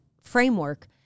framework